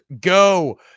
go